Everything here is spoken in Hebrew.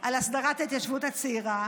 על הסדרת ההתיישבות הצעירה?